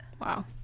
wow